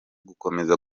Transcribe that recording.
gukomeza